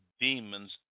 demons